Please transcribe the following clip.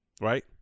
Right